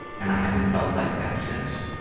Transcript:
and i haven't felt like that since.